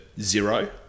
zero